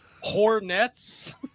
Hornets